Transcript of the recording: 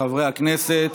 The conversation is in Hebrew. חברי הכנסת,